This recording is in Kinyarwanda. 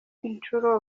incuro